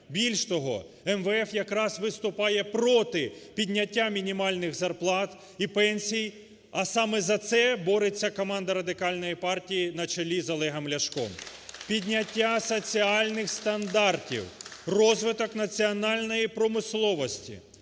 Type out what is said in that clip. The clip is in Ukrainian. Більш того, МВФ якраз виступає проти підняття мінімальних зарплат і пенсій, а саме за це бореться команда Радикальної партії на чолі з Олегом Ляшком. (Оплески) Підняття соціальних стандартів, розвиток національної промисловості,